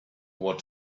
what